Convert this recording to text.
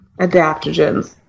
adaptogens